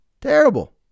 Terrible